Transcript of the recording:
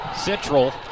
Central